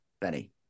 Benny